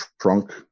trunk